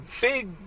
big